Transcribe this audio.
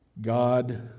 God